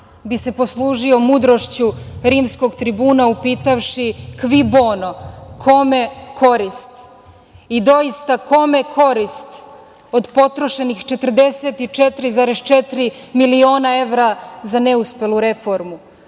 bi se poslužio mudrošću rimskog tribuna upitavši „Cui bono“ – kome korist? Doista, kome korist od potrošenih 44,4 miliona evra za neuspelu reformu?